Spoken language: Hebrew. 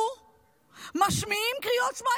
הגיבורים קוראים שמע